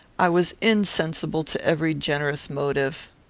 i was insensible to every generous motive.